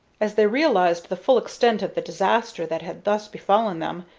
as they realized the full extent of the disaster that had thus befallen them,